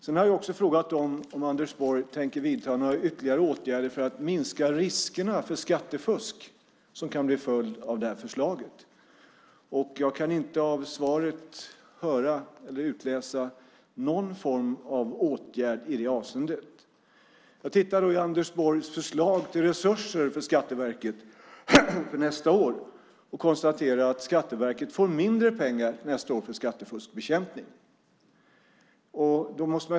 Jag har också frågat om Anders Borg tänker vidta några ytterligare åtgärder för att minska riskerna för det skattefusk som kan bli en följd av förslaget. Jag kan inte av svaret höra eller utläsa någon form av åtgärd i det avseendet. Jag tittar i Anders Borgs förslag till resurser för Skatteverket och konstaterar att Skatteverket nästa år får mindre pengar till skattefuskbekämpning.